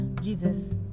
Jesus